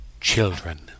children